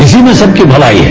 इसी में सबकी भलाई है